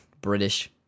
British